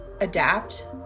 adapt